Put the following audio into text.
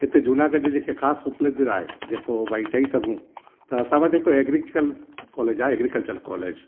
हिते जूनागढ़ जूं जेकियूं ख़ासि उपलब्धियूं आहे जेको भई चई सघूं त असां वटि हिक एगरी कल कॉलेज आहे एगरीकल्चर कॉलेज